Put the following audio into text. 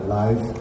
life